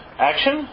Action